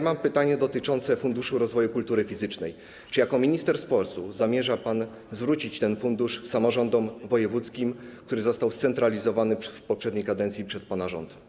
Mam pytanie dotyczące Funduszu Rozwoju Kultury Fizycznej: Czy jako minister sportu zamierza pan zwrócić samorządom wojewódzkim ten fundusz, który został scentralizowany w poprzedniej kadencji przez pana rząd?